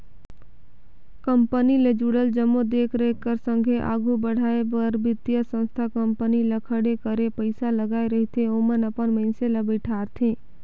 company ले जुड़ल जम्मो देख रेख कर संघे आघु बढ़ाए बर बित्तीय संस्था कंपनी ल खड़े करे पइसा लगाए रहिथे ओमन अपन मइनसे ल बइठारथे